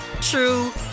true